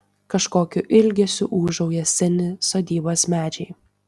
kažkokiu ilgesiu ūžauja seni sodybos medžiai